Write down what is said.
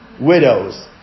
widows